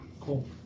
Cool